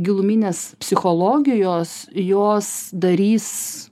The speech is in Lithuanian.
giluminės psichologijos jos darys